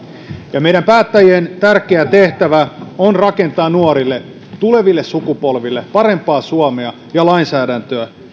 ja meidän päättäjien tärkeä tehtävä on rakentaa nuorille tuleville sukupolville parempaa suomea ja lainsäädäntöä